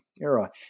era